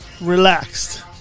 relaxed